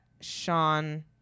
Sean